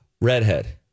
Redhead